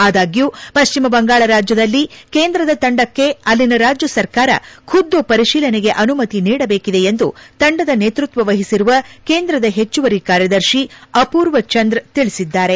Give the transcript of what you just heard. ಆದಾಗ್ಡ್ಡ್ ಪಶ್ಚಿಮ ಬಂಗಾಳ ರಾಜ್ಯದಲ್ಲಿ ಕೇಂದ್ರದ ತಂಡಕ್ಕೆ ಅಲ್ಲಿನ ರಾಜ್ಯ ಸರ್ಕಾರ ಖುದ್ದು ಪರಿಶೀಲನೆಗೆ ಅನುಮತಿ ನೀಡಬೇಕಿದೆ ಎಂದು ತಂಡದ ನೇತೃತ್ವ ವಹಿಸಿರುವ ಕೇಂದ್ರದ ಹೆಚ್ಚುವರಿ ಕಾರ್ಯದರ್ಶಿ ಅಪೂರ್ವ ಚಂದ್ರ ತಿಳಿಸಿದ್ದಾರೆ